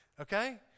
Okay